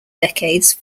decades